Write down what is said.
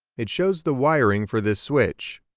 it shows the wiring for this switch.